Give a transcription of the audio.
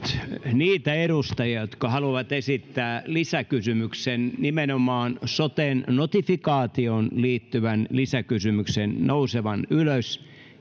niitä edustajia jotka haluavat esittää lisäkysymyksen nimenomaan soten notifikaatioon liittyvän lisäkysymyksen nousemaan ylös